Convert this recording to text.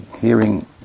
hearing